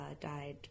died